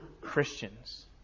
christians